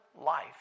life